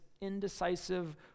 indecisive